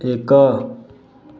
एक